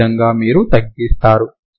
ఈ విధంగా మీరు తగ్గిస్తారు